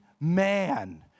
man